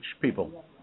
people